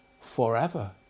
forever